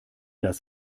das